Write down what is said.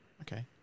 Okay